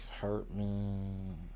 Hartman